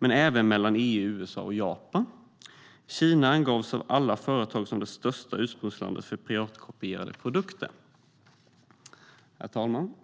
liksom mellan EU, USA och Japan. Kina angavs av alla företag som det största ursprungslandet för piratkopierade produkter. Herr talman!